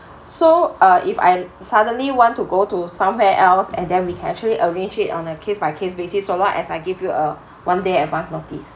so uh if I suddenly want to go to somewhere else and then we can actually arrange it on a case by case basis so long as I give you a one day advance notice